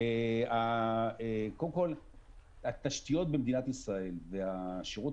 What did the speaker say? קודם כול התשתיות במדינת ישראל והשירות